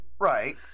Right